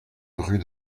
rue